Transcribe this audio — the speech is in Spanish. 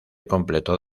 completó